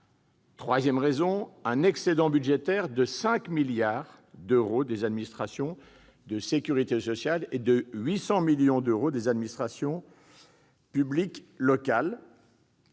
territoriales ; un excédent budgétaire de 5 milliards d'euros des administrations de sécurité sociale et de 800 millions d'euros des administrations publiques locales